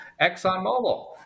ExxonMobil